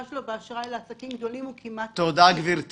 שלנו באשראי לעסקים גדולים הוא כמעט אפסי.